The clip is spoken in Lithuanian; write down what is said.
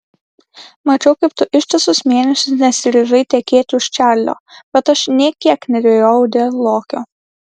mačiau kaip tu ištisus mėnesius nesiryžai tekėti už čarlio bet aš nė kiek nedvejojau dėl lokio